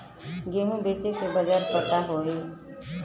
गेहूँ बेचे के बाजार पता होई?